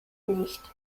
nicht